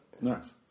Nice